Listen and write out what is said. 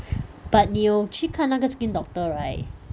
but 你有去看那个 skin doctor right